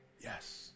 Yes